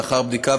לאחר בדיקה,